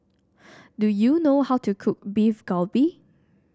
do you know how to cook Beef Galbi